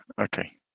Okay